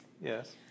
yes